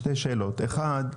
שתי שאלות, אחד,